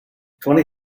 twenty